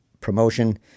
promotion